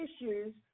issues